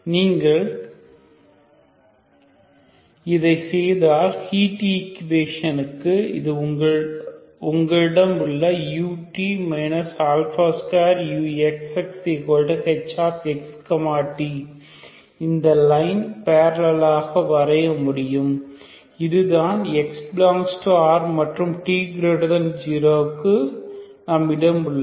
நீங்கள் இதை செய்தால் ஹீட் ஈக்குவேஷனுக்கு இது உங்களிடம் உள்ள ut 2uxxhx t இந்த லைன் பேரலலாக வரைய முடியும் இதுதான் x∈R மற்றும் t0 க்கு நம்மிடம் உள்ளது